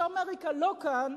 שאמריקה לא כאן,